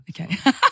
Okay